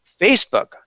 Facebook